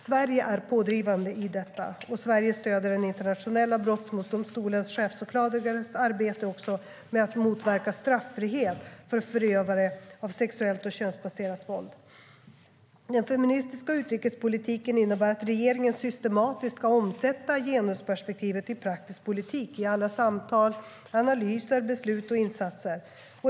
Sverige är pådrivande i detta. Sverige stöder också den internationella brottmålsdomstolens chefsåklagares arbete med att motverka straffrihet för förövare av sexuellt och könsbaserat våld. Den feministiska utrikespolitiken innebär att regeringen systematiskt ska omsätta genusperspektivet i praktisk politik, i alla samtal, analyser, beslut och insatser.